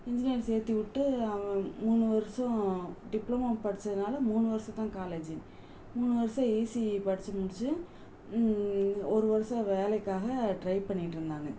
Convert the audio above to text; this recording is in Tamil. இன்ஜினியரிங் சேர்த்திவுட்டு அவன் மூணு வருஷம் டிப்ளமோ படிச்சதனால மூணு வருஷம் தான் காலேஜு மூணு வருஷம் ஈசிஈ படிச்சு முடிச்சு ஒரு வருஷம் வேலைக்காக ட்ரை பண்ணிட்டு இருந்தாங்கள்